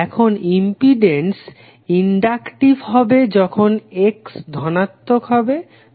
এখন impedance inductive হবে যখন X ধনাত্মক হবে